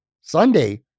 Sunday